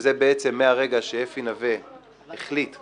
שזה בעצם מהרגע שאפי נוה החליט להעלות את הקושי.